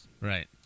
right